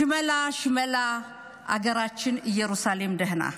שמלה, שמלה, אגראצ'ין ירוסלם דהנה?